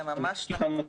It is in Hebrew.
זה ממש נכון.